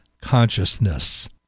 consciousness